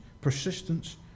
persistence